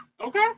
Okay